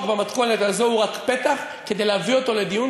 במתכונת הזאת הוא רק פתח כדי להביא אותו לדיון,